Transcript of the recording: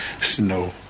snow